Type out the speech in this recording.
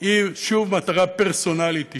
היא שוב מטרה פרסונלית אישית.